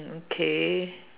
okay